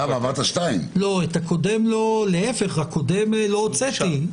את הקודם לא הוצאתי.